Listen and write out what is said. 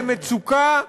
למצוקה,